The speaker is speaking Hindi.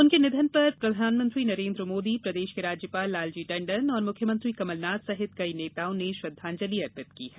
उनके निधन पर प्रधानमंत्री नरेन्द्र मोदी प्रदेश के राज्यपाल लालजी टंडन और मुख्यमंत्री कमलनाथ सहित कई नेताओं ने श्रद्धांजलि अर्पित की है